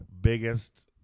biggest